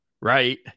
right